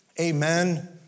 Amen